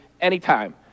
anytime